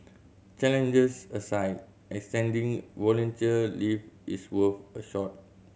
challenges aside extending volunteer leave is worth a shot